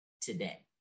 today